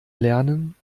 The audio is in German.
lernen